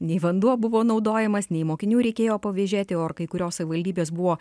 nei vanduo buvo naudojamas nei mokinių reikėjo pavėžėti o ir kai kurios savivaldybės buvo